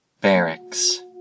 Barracks